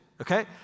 okay